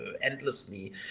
endlessly